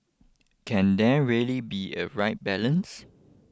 can there really be a right balance